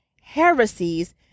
heresies